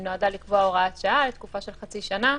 שנועדה לקבוע הוראת שעה לתקופה של חצי שנה,